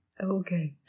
Okay